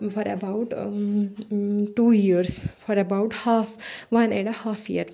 for about two years for about half one and a half year